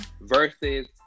versus